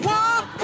Walk